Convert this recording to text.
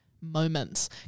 moments